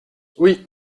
oui